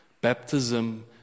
Baptism